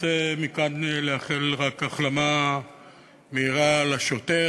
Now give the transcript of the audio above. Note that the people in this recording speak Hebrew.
רוצה מכאן רק לאחל החלמה מהירה לשוטר